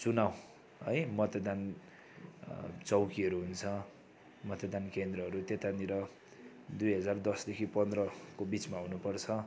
चुनाउ है मतदान चौकीहरू हुन्छ मतदान केन्द्रहरू त्यतानिर दुई हजार दसदेखि पन्ध्रको बिचमा हुनुपर्छ